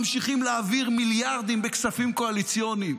ממשיכים להעביר מיליארדים בכספים קואליציוניים.